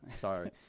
Sorry